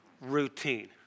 routine